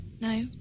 No